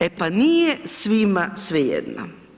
E pa nije svima svejedno.